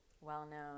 well-known